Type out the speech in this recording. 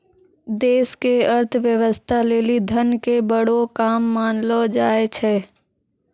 देश के अर्थव्यवस्था लेली धन के बड़ो काम मानलो जाय छै